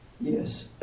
Yes